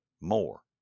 more